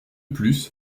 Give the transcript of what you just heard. plus